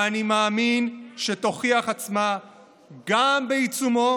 ואני מאמין שתוכיח את עצמה גם בעיצומו